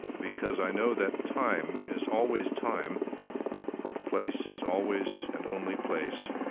because i know that time is always time and place is always and only place